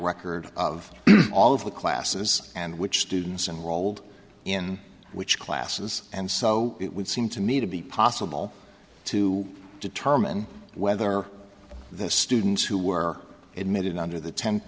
record of all of the classes and which students enrolled in which classes and so it would seem to me to be possible to determine whether the students who were admitted under the ten